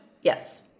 yes